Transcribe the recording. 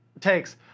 takes